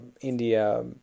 India